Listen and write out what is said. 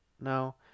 now